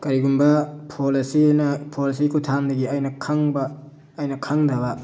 ꯀꯔꯤꯒꯨꯝꯕ ꯐꯣꯟ ꯑꯁꯤꯅ ꯐꯣꯟ ꯑꯁꯤꯒꯤ ꯈꯨꯊꯥꯡꯗꯒꯤ ꯑꯩꯅ ꯈꯪꯕ ꯑꯩꯅ ꯈꯪꯗꯕ